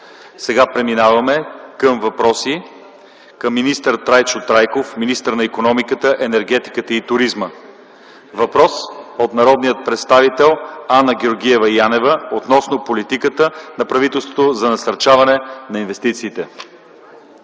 Преминаваме към въпроси към министър Трайчо Трайков – министър на икономиката, енергетиката и туризма. Въпрос от народния представител Анна Георгиева Янева относно политиката на правителството за насърчаване на инвестициите.